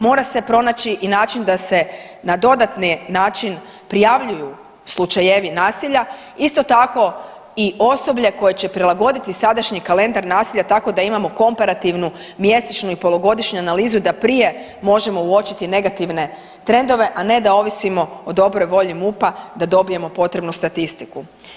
Mora se pronaći i način da se na dodatni način prijavljuju slučajevi nasilja, isto tako i osoblje koje će prilagoditi sadašnji kalendar nasilja tako da imamo komparativnu mjesečnu i polugodišnju analizu, da prije možemo uočiti negativne trendove a ne da ovisimo o dobroj volji MUP-a da dobijemo potrebnu statistiku.